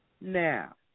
now